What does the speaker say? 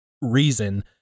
reason